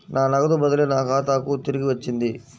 నా నగదు బదిలీ నా ఖాతాకు తిరిగి వచ్చింది